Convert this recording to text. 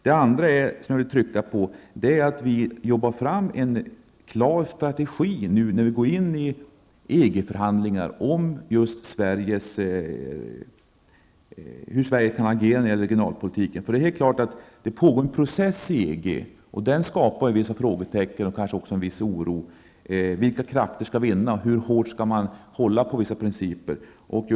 Det andra jag skulle vilja trycka på är att vi bör arbeta fram en konkret strategi, när vi nu går in i EG-förhandlingar, om just hur Sverige kan agera i regionalpolitiken. Det pågår en process i EG. Den skapar vissa frågetecken och kanske en viss oro. Vilka krafter skall vinna? Hur hårt skall man hålla på vissa principer?